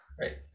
Right